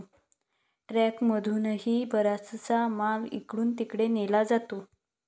ट्रकमधूनही बराचसा माल इकडून तिकडे नेला जातो